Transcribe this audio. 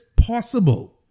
possible